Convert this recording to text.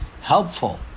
helpful